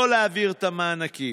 לא להעביר את המענקים.